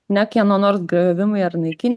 ne kieno nors griovimai ar naiki